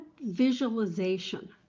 visualization